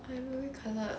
ivory color